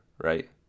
right